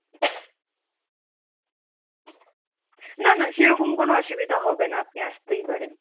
না না সেরকম কোনো অসুবিধা হবে না আপনি আসতেই পারেন